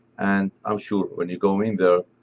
and i'm sure when you go in there,